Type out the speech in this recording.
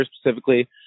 specifically